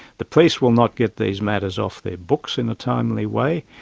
the police will not get these matters off their books in a timely way,